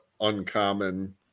uncommon